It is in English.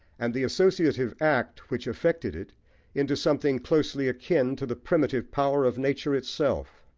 and the associative act which effected it into something closely akin to the primitive power of nature itself.